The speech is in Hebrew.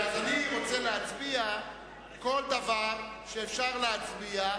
אז אני רוצה להצביע על כל דבר שאפשר להצביע,